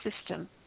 system